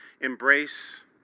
embrace